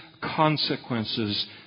consequences